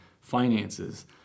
finances